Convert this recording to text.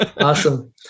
Awesome